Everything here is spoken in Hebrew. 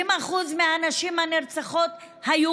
60% מהנשים הנרצחות היו